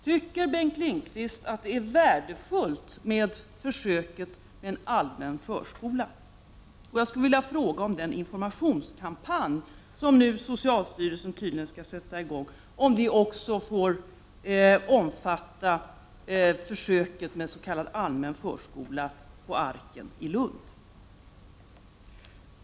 Tycker Bengt Lindqvist att det är värdefullt med försöket med allmän förskola? Jag skulle vilja fråga om den informationskampanj som socialstyrelsen tydligen nu skall sätta i gång också får omfatta försöket med s.k. allmän förskola på Arken i Lund.